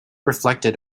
reflected